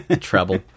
treble